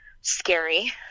scary